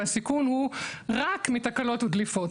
והסיכון הוא רק מתקלות ודליפות.